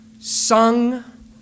Sung